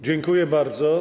Dziękuję bardzo.